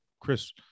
Chris